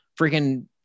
freaking